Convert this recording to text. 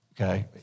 okay